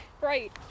Right